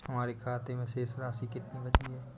हमारे खाते में शेष राशि कितनी बची है?